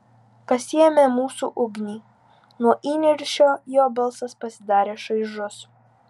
pasiėmė mūsų ugnį nuo įniršio jo balsas pasidarė šaižus